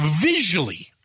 visually